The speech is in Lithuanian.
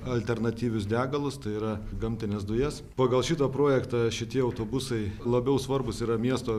alternatyvius degalus tai yra gamtines dujas pagal šitą projektą šitie autobusai labiau svarbūs yra miesto